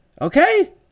Okay